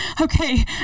okay